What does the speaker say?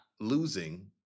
losing